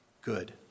good